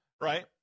Right